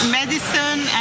medicine